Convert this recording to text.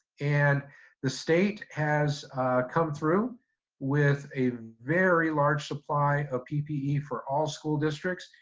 and the state has come through with a very large supply of ppe for all school districts.